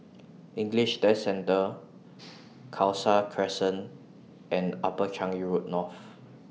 English Test Centre Khalsa Crescent and Upper Changi Road North